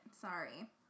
Sorry